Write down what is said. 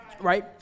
Right